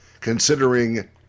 considering